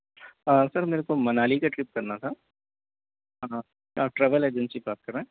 sir मेरे को मनाली के ट्रिप करना था हाँ आप क्या ट्रैवल एजेंसी बात कर रहें हैं